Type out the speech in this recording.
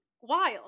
wild